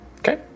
Okay